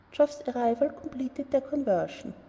geoff's arrival completed their conversion.